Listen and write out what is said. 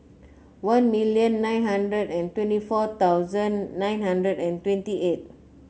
one million nine hundred and twenty four thousand nine hundred and twenty eight